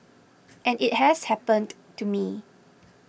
and it has happened to me